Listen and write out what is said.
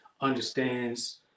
understands